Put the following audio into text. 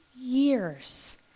years